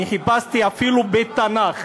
חיפשתי אפילו בתנ"ך.